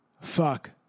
fuck